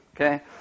Okay